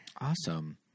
Awesome